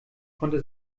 konnte